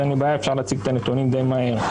אז אין לי בעיה ואפשר להציג את הנתונים די מהר.